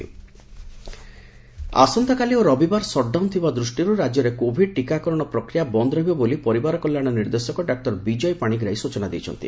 ଟିକା ସଟ୍ଡାଉନ୍ ଆସନ୍ତାକାଲି ଓ ରବିବାର ସଟ୍ଡାଉନ୍ ଥିବା ଦୂଷ୍ଟିରୁ ରାଜ୍ୟରେ କୋଭିଡ ଟିକାକରଣ ପ୍ରକ୍ରିୟା ବନ୍ଦ ରହିବ ବୋଲି ପରିବାର କଲ୍ୟାଶ ନିର୍ଦ୍ଦେଶକ ଡାକ୍ତର ବିଜୟ ପାଶିଗ୍ରାହୀ ସୂଚନା ଦେଇଛନ୍ତି